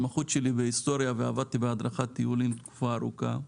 ההתמחות שלי בהיסטוריה ועבדתי בהדרכת טיולים תקופה ארוכה.